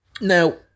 now